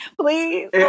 Please